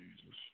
Jesus